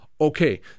okay